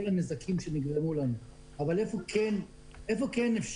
הנזקים שנגרמו לנו אבל אומר איפה כן אפשר.